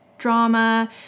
Drama